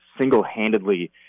single-handedly